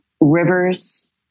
rivers